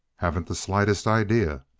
haven't the slightest idea.